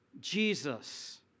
Jesus